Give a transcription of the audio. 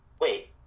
Wait